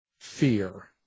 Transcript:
fear